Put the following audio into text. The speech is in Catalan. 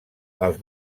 els